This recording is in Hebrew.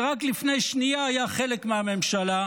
שרק לפני שנייה היה חלק מהממשלה,